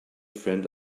friend